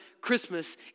Christmas